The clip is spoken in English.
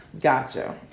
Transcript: Gotcha